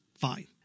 Fine